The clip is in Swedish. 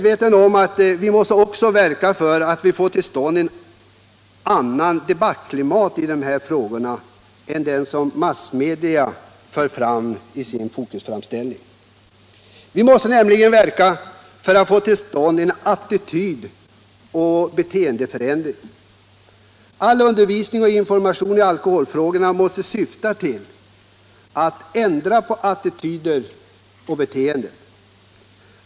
Vi måste också verka för att få till stånd ett annat debattklimat än det som i dag präglar massmedias framställningar i dessa frågor. Vi måste verka för att få till stånd en attitydoch beteendeförändring. All undervisning och information i alkoholfrågan måste syfta till att ändra på attityder och beteenden.